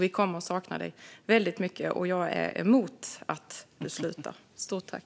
Vi kommer att sakna dig väldigt mycket, och jag är emot att du slutar. Stort tack!